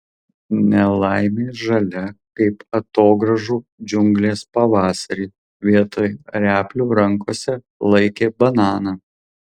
nelaimė žalia kaip atogrąžų džiunglės pavasarį vietoj replių rankose laikė bananą